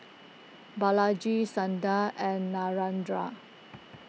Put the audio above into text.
Balaji Sundar and Narendra